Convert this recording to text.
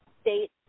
state